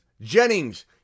Jennings